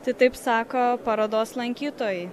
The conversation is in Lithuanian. tai taip sako parodos lankytojai